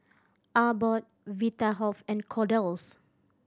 Abbott Vitahealth and Kordel's